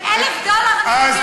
1,000 דולר, אני מביאה לך.